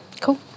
Cool